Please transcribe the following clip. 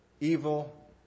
evil